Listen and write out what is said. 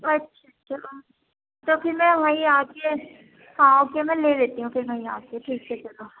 اچھا تو پھر میں وہیں آ کے آ کے میں لے لیتی ہوں پھر وہیں آ کے ٹھیک ہے چلو